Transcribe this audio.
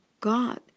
God